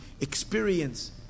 experience